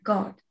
God